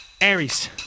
Aries